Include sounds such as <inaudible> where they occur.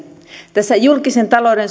tässä julkisen talouden <unintelligible>